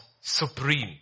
supreme